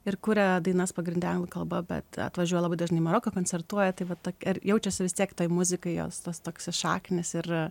ir kuria dainas pagrinde anglų kalba bet atvažiuoja labai dažnai į maroką koncertuoja tai va tokia jaučiasi vis tiek tai muzikoj jos tos šaknys ir